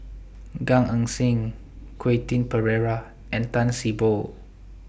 Gan Eng Seng Quentin Pereira and Tan See Boo